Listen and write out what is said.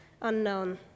Unknown